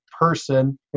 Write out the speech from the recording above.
person